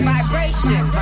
Vibration